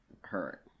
hurt